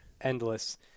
Endless